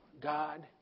God